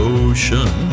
ocean